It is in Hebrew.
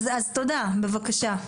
אז תודה, בבקשה.